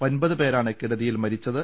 ഒൻപത് പേരാണ് കെടുതിയിൽ മരിച്ചത്